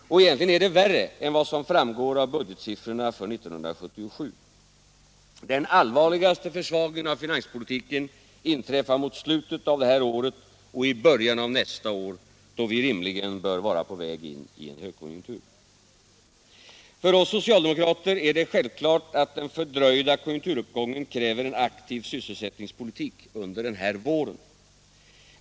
Och egentligen är det värre än vad som framgår av budgetsiffrorna för 1977. Den allvarligaste försvagningen av finanspolitiken inträffar mot slutet av det här året och i början av nästa år, då vi rimligen bör vara på väg in i en högkonjunktur. För oss socialdemokrater är det självklart att den fördröjda konjunkturuppgången kräver en aktiv sysselsättningspolitik under den här våren.